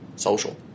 social